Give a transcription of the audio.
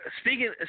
speaking